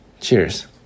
Cheers